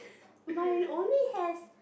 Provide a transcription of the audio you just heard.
mine only has